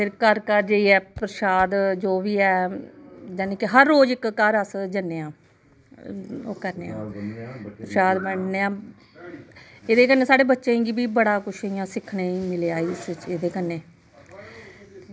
फिर घर घर जाईयै परशाद जो बी ऐ यानि के हर रोज इक इक घर अस जन्ने आं ओह् करने परशाद बंडने आं एह्दे कन्नै साढ़े बच्चें गी बी बड़ा कुश इयां सिक्खने गी मिलेआ एह्दे कन्नै